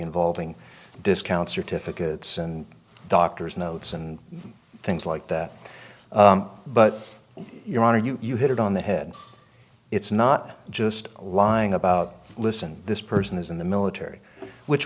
involving discount certificates and doctors notes and things like that but your honor you hit it on the head it's not just lying about listen this person is in the military which